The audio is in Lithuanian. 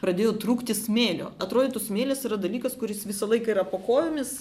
pradėjo trūkti smėlio atrodytų smėlis yra dalykas kuris visą laiką yra po kojomis